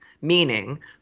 Meaning